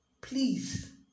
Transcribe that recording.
Please